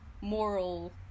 moral